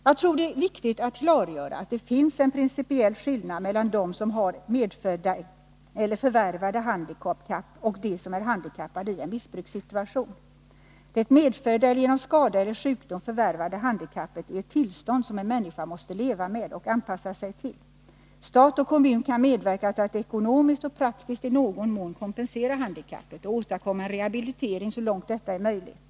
Jagtror det är viktigt att klargöra att det finns en principiell skillnad mellan dem som har medfödda eller förvärvade handikapp och dem som är handikappade i en missbrukssituation. Det medfödda eller genom skada eller sjukdom förvärvade handikappet är ett tillstånd som en människa måste leva med och anpassa sig till. Stat och kommun kan medverka till att ekonomiskt och praktiskt i någon mån kompensera handikappet och åstadkomma en rehabilitering så långt detta är möjligt.